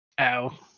Ow